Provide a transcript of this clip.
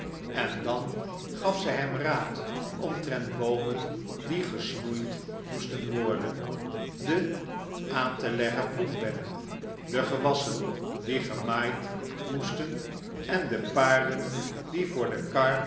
en dan gaf zij hem raad omtrent boomen die gesnoeid moesten worden de aan te leggen bloembedden de gewassen die gemaaid moesten en de paarden die voor de